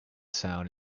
sound